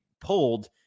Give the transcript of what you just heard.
Pulled